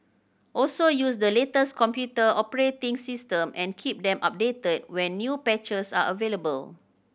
also use the latest computer operating system and keep them updated when new patches are available